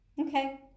Okay